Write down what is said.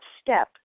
step